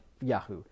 yahoo